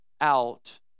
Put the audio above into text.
out